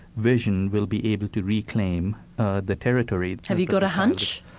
vision will be able to reclaim the territory. have you got a hunch?